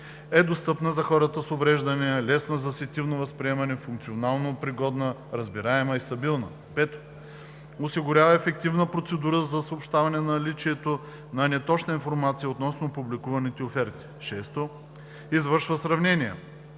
е достъпна за хората с увреждания, лесна за сетивно възприемане, функционално пригодна, разбираема и стабилна; 5. осигурява ефективна процедура за съобщаване на наличието на неточна информация относно публикуваните оферти; 6. извършва сравнения,